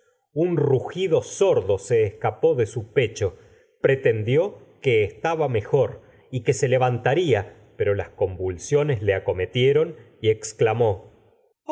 un rugido sordo se escapó de su pecho pretendió que estaba mejor y que se levantaría pero las convulsiones le acometieron y exclamó